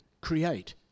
Create